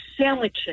sandwiches